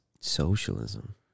socialism